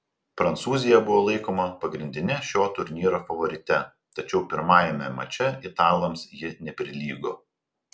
prancūzija buvo laikoma pagrindine šio turnyro favorite tačiau pirmajame mače italams ji neprilygo